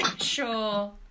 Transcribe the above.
Sure